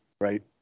right